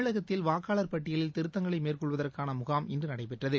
தமிழகத்தில் வாக்காளர் பட்டியலில் திருத்தங்களை மேற்கொள்வதற்காள முகாம் இன்று நடைபெற்றது